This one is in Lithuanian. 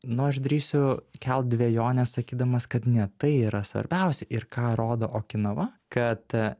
nu aš drįsiu kelt dvejones sakydamas kad ne tai yra svarbiausia ir ką rodo okinava kad